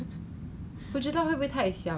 然后 business 又不是很好